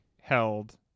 held